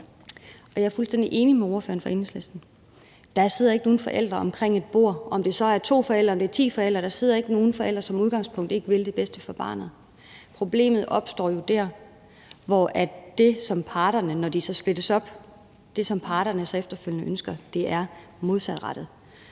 jeg er fuldstændig enig med ordføreren for Enhedslisten: Der sidder ikke nogen forældre omkring et bord, om det så er to forældre eller det er ti forældre, der som udgangspunkt ikke vil det bedste for barnet. Problemet opstår jo der, hvor det, som parterne, når de så splittes op, efterfølgende ønsker, er modsatrettet.